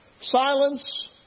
silence